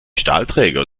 stahlträger